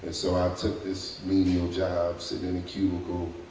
so i took this menial job sitting in a cubicle,